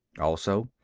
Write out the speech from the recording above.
also,